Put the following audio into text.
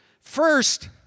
First